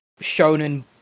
shonen